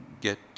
get